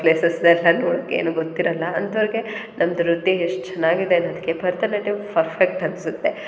places ಎಲ್ಲ ನೋಡೋಕ್ಕೆ ಏನೂ ಗೊತ್ತಿರಲ್ಲ ಅಂಥೋರಿಗೆ ನಮ್ಮ ನೃತ್ಯ ಎಷ್ಟು ಚೆನ್ನಾಗಿದೆ ಅನೋದಕ್ಕೆ ಭರತನಾಟ್ಯ ಪರ್ಫೆಕ್ಟ್ ಅನಿಸುತ್ತೆ